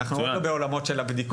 אני מציע הצעה, אדוני היושב-ראש.